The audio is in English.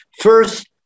First